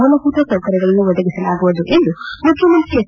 ಮೂಲಭೂತ ಸೌಕರ್ಯಗಳನ್ನು ಒದಗಿಸಲಾಗುವುದು ಎಂದು ಮುಖ್ಯಮಂತ್ರಿ ಹೆಚ್